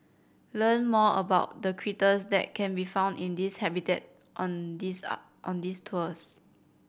learn more about the critters that can be found in this habitat on these up on these tours